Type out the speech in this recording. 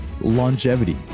longevity